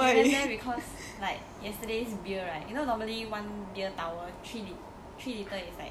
we went there because like yesterday's beer right you know normally one beer tower three li~ three litre is like